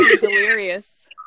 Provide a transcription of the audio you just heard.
Delirious